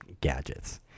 gadgets